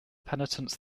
penitent